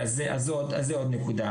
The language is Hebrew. זאת עוד נקודה.